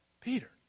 Peter